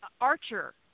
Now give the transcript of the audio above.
Archer